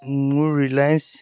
মোৰ ৰিলায়েন্স